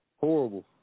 horrible